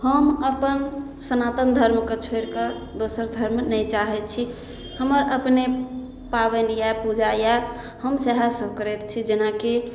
हम अपन सनातन धर्मके छोड़िकऽ दोसर धर्म नहि चाहय छी हमर अपने पाबनि यऽ पूजा यऽ हम सएहे सभ करैत छी जेनाकि